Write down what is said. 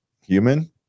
Human